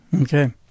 okay